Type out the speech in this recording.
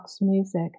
music